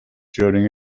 during